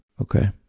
Okay